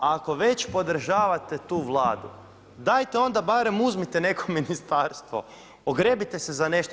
Ako već podržavate tu Vladu, dajte onda barem uzmite neko ministarstvo, ogrebite se za nešto.